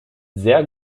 sehr